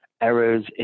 errors